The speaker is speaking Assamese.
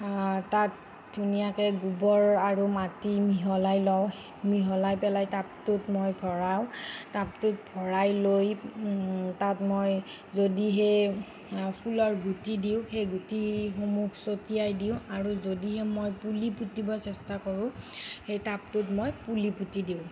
তাত ধুনীয়াকৈ গোবৰ আৰু মাটি মিহলাই লওঁ মিহলাই পেলায় টাবটোত মই ভৰাওঁ টাবটোত ভৰাই লৈ তাত মই যদিহে ফুলৰ গুটি দিওঁ সেই গুটিসমূহ চটিয়াই দিওঁ আৰু যদিহে মই পুলি পুতিব চেষ্টা কৰোঁ সেই টাবটোত মই পুলি পুতি দিওঁ